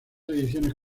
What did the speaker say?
ediciones